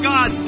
God